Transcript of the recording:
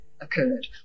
occurred